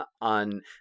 on